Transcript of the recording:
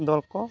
ᱫᱚᱲᱠᱚ